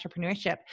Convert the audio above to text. entrepreneurship